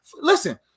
Listen